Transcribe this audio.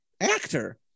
actor